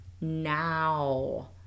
now